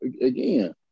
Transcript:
again